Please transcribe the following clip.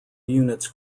units